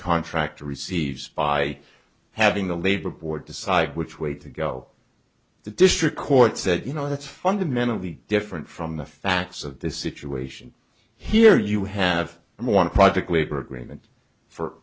contractor receives by having the labor board decide which way to go the district court said you know that's fundamentally different from the facts of the situation here you have and want to project labor agreement for